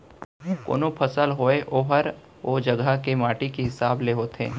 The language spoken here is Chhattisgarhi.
कोनों फसल होय ओहर ओ जघा के माटी के हिसाब ले होथे